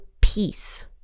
peace